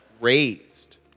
raised